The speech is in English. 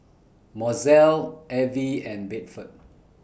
Mozelle Evie and Bedford